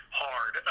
hard